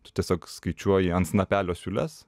tu tiesiog skaičiuoji ant snapelio siūles